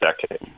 decade